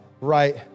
right